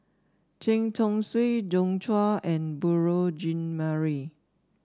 Chen Chong Swee Joi Chua and Beurel Jean Marie